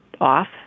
off